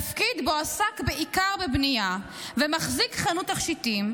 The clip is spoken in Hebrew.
תפקיד בו עסק בעיקר בבנייה, ומחזיק חנות תכשיטים.